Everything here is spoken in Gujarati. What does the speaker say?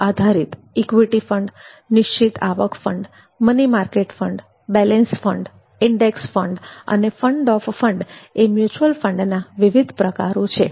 લાભ આધારિત ઇક્વિટી ફંડ નિશ્ચિત આવક fund money market fund balance fund index fund અને ફંડ ઓફ ફંડ એ મ્યુચ્યુઅલ ફંડના વિવિધ પ્રકારો છે